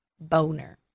Boner